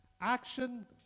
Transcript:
action